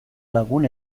lagun